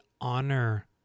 Honor